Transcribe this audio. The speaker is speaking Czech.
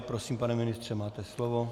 Prosím, pane ministře, máte slovo.